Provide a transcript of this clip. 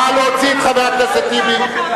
נא להוציא את חבר הכנסת טיבי.